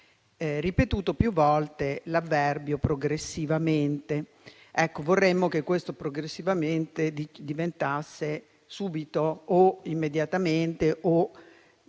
ripetuto più volte l'avverbio "progressivamente". Ecco, vorremmo che questo "progressivamente" diventasse subito o immediatamente o si desse